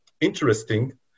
interesting